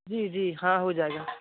जी जी हाँ हो जाएगा